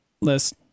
list